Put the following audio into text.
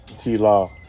T-Law